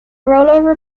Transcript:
rollover